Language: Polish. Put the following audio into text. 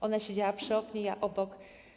Ona siedziała przy oknie, ja obok.